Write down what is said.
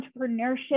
entrepreneurship